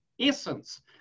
essence